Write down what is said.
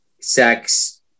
sex